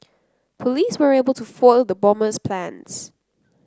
police were able to foil the bomber's plans